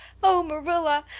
oh, marilla,